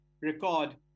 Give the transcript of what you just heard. record